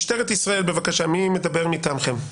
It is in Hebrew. משטרת ישראל, בבקשה, מי מדבר מטעמכם?